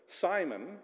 Simon